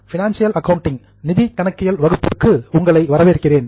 financial accounting நிதி கணக்கியல் வகுப்பிற்கு உங்களை வரவேற்கிறேன்